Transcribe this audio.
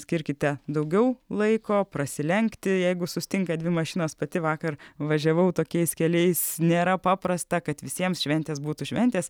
skirkite daugiau laiko prasilenkti jeigu susitinka dvi mašinos pati vakar važiavau tokiais keliais nėra paprasta kad visiems šventės būtų šventės